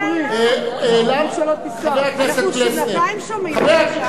אנחנו שנתיים שומעים את זה,